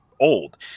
old